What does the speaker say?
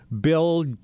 Bill